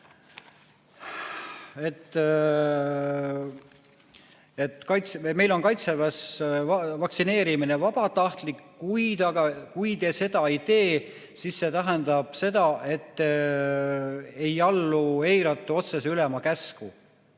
et meil on Kaitseväes vaktsineerimine vabatahtlik, kuid kui te seda ei tee, siis see tähendab seda, et te ei allu, eirate otsese ülema käsku.